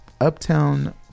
uptown